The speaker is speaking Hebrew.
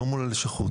לא מול הלשכות.